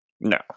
No